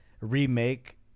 remake